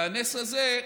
והנס הזה,